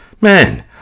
Man